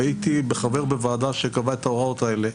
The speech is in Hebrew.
והייתי חבר בוועדה שקבעה את ההוראות האלה,